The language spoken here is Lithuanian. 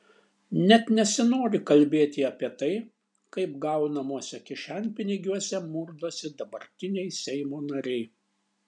net nesinori kalbėti apie tai kaip gaunamuose kišenpinigiuose murdosi dabartiniai seimo nariai